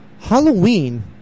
Halloween